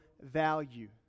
value